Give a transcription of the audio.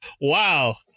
wow